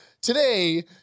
Today